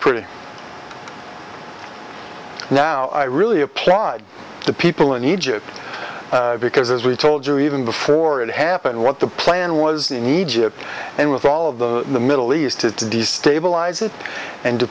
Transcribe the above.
pretty now i really applaud the people in egypt because as we told you even before it happened what the plan was in egypt and with all of the middle east is to destabilize it and to